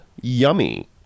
yummy